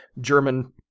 German